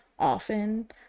often